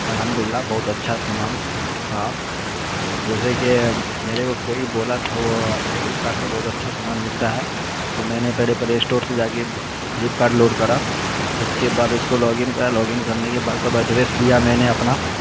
الحمد للہ بہت اچھا سامان رہا جیسے کہ میرے کو کوئی بولا تھا وہ فلپ کارٹ پہ بہت اچھا سامان ملتا ہے تو میں نے پہلے پہلے اسٹور سے جا کے فلپ کارٹ لوڈ کرا اس کے بعد اس کو لاگ ان کرا لاگ ان کرنے کے بعد سب ایڈریس دیا میں نے اپنا